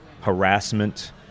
harassment